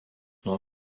nuo